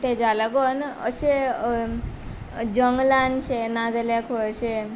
तेज्या लागून अशें जंगलान अशें ना जाल्यार खंय अशें